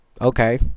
okay